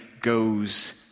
goes